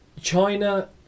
China